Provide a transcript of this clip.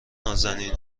نــازنین